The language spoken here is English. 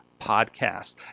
podcast